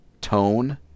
tone